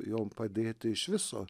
jom padėti iš viso